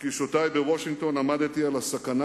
בפגישותי בוושינגטון עמדתי על הסכנה